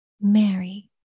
Mary